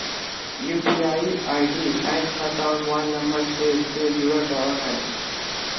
UPI ID bank खाता और mobile number से से जुरल रहो हइ